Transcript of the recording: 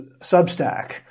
Substack